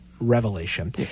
revelation